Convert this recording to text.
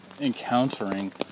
encountering